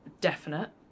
definite